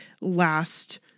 last